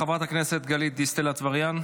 חברת הכנסת גלית דיסטל אטבריאן,